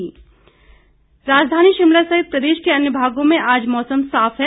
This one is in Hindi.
मौसम राजधानी शिमला सहित प्रदेश के अन्य भागों में आज मौसम साफ है